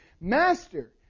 Master